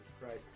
Christ